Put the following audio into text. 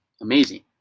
amazing